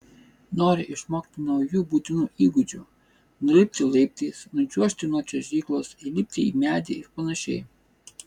nori išmokti naujų būtinų įgūdžių nulipti laiptais nučiuožti nuo čiuožyklos įlipti į medį ir panašiai